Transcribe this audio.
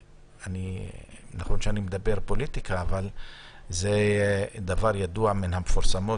ונכון שאני מדבר פוליטיקה אבל זה דבר ידוע ומן המפורסמות